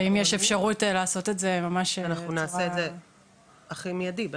אנחנו נעשה את זה הכי מיידי,